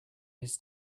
his